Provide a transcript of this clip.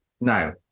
Now